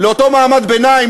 של אותו מעמד ביניים,